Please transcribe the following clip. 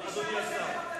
אדוני השר.